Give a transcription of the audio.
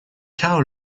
cow